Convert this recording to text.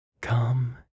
come